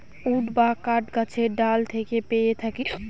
would বা কাঠ গাছের ডাল থেকে পেয়ে থাকি